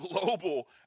global